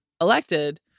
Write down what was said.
elected